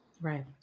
Right